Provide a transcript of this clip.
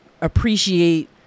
appreciate